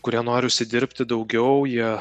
kurie nori užsidirbti daugiau jie